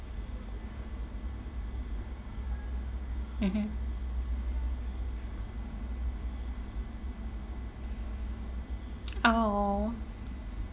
mmhmm !ow!